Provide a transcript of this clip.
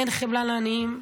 אין חמלה לעניים,